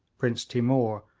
prince timour,